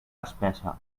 espessa